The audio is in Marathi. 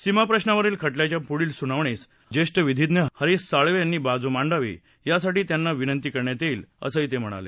सीमाप्रशावरील खटल्याच्या पुढील सुनावणीला ज्येष्ठ विधीज्ञ हरिष साळवे यांनी बाजू मांडावी यासाठी त्यांना विनंती करण्यात येईल असं ते म्हणाले